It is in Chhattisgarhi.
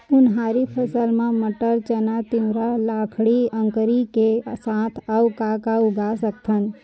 उनहारी फसल मा मटर, चना, तिंवरा, लाखड़ी, अंकरी के साथ अऊ का का उगा सकथन?